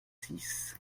six